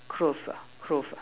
clothe lah clothe